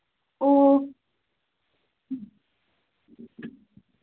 ꯑꯣ